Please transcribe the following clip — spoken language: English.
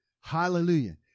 Hallelujah